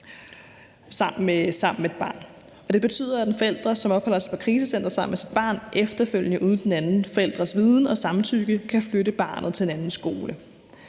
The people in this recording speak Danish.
krisecenter. Det betyder, at en forælder, som opholder sig på et krisecenter sammen med sit barn efterfølgende uden den anden forælders viden og samtykke kan flytte barnet til en anden skole.